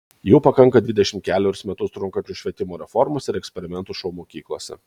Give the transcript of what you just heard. jau pakanka dvidešimt kelerius metus trunkančios švietimo reformos ir eksperimentų šou mokyklose